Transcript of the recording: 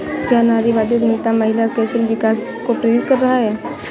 क्या नारीवादी उद्यमिता महिला कौशल विकास को प्रेरित कर रहा है?